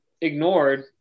ignored